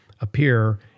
appear